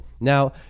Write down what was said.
Now